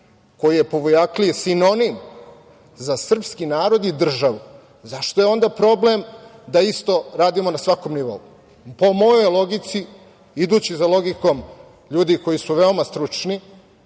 koji je po Vujakliji sinonim za srpski narod i državu, zašto je onda problem da isto radimo na svakom nivou. Po mojoj logici, idući za logikom ljudi koji su veoma stručni,